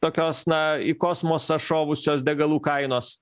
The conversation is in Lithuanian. tokios na į kosmosą šovusios degalų kainos